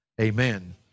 amen